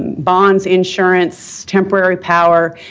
bonds, insurance, temporary power,